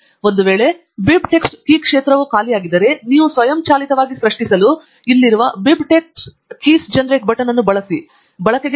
ಒಂದು ವೇಳೆ BibTeX key ಕ್ಷೇತ್ರವು ಖಾಲಿಯಾಗಿದ್ದರೆ ನೀವು ಸ್ವಯಂಚಾಲಿತವಾಗಿ ಸೃಷ್ಟಿಸಲು ಇಲ್ಲಿರುವ BibTex Keys Generate ಬಟನ್ ಅನ್ನು ಬಳಸಬಹುದು